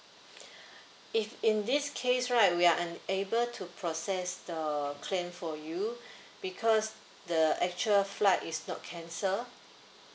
if in this case right we are unable to process the claim for you because the actual flight is not cancelled